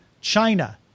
China